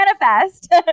manifest